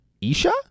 Isha